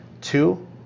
Two